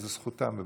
וזאת זכותם.